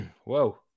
Whoa